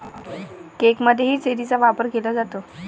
केकमध्येही चेरीचा वापर केला जातो